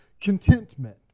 contentment